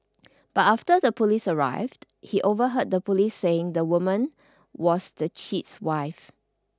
but after the police arrived he overheard the police saying the woman was the cheat's wife